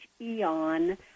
eon